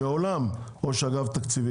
מעולם ראש אגף התקציבים,